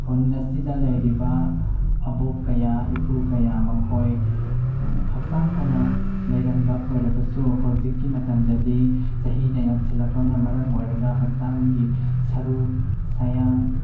ꯈꯨꯟ ꯑꯁꯤꯗ ꯂꯩꯔꯤꯕ ꯑꯕꯣꯛ ꯀꯌꯥ ꯏꯄꯨ ꯀꯌꯥ ꯃꯈꯣꯏ ꯍꯛꯆꯥꯡ ꯐꯅ ꯂꯩꯔꯝꯕ ꯑꯣꯏꯔꯕꯁꯨ ꯍꯧꯖꯤꯛꯀꯤ ꯃꯇꯝꯗꯗꯤ ꯆꯍꯤꯅ ꯌꯥꯝꯁꯤꯜꯂꯛꯄꯅ ꯃꯔꯝ ꯑꯣꯏꯔꯒ ꯍꯛꯆꯥꯡꯒꯤ ꯁꯔꯨ ꯁꯌꯥꯡ